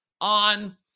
On